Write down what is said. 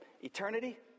eternity